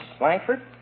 Langford